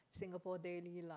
Singapore Daily lah